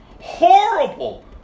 horrible